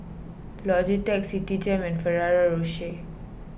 Logitech Citigem and Ferrero Rocher